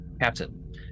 Captain